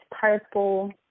purple